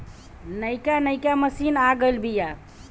नइका नइका मशीन आ गइल बिआ